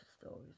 stories